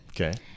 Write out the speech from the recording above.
Okay